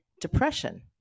depression